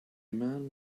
man